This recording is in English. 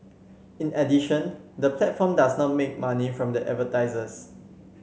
in addition the platform does not make money from the advertisers